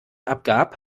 abgab